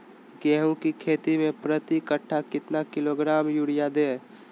गेंहू की खेती में प्रति कट्ठा कितना किलोग्राम युरिया दे?